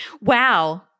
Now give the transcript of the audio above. wow